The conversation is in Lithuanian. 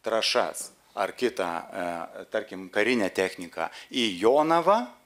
trąšas ar kitą tarkim karinę techniką į jonavą